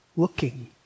Looking